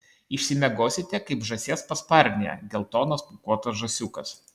išsimiegosite kaip žąsies pasparnėje geltonas pūkuotas žąsiukas